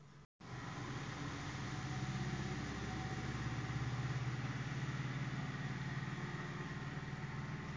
ಕೀಟನಾಶಕ ಉಪಯೋಗಿಸಿದ ಮೇಲೆ ಎಷ್ಟು ದಿನಗಳು ಬಿಟ್ಟು ರಸಗೊಬ್ಬರ ಹಾಕುತ್ತಾರೆ?